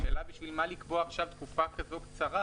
השאלה בשביל מה לקבוע עכשיו תקופה כזאת קצרה